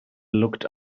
looked